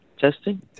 Testing